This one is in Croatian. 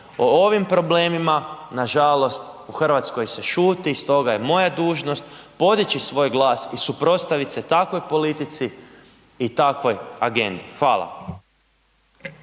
O ovim problemima nažalost u Hrvatskoj se šuti, stoga je moja dužnost podići svoj glas i suprotstavit se takvoj politici i takvoj agendi. Hvala.